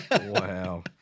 wow